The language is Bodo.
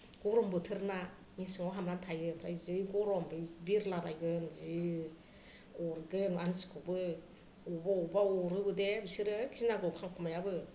गरम बोथोर ना मेसेङाव हाबनानै थायो ओमफ्राय जै गरम बिरलाबायगोन जि अरगोन मानसिखौबो अबेबा अबेबा अरोबो दे बिसोरो गिनांगौ खांखमायाबो